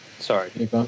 Sorry